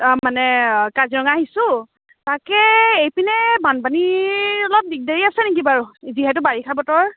অ মানে কাজিৰঙা আহিছোঁ তাকে এইপিনে বানপানীৰ অলপ দিগদাৰী আছে নেকি বাৰু যিহেতু বাৰিষা বতৰ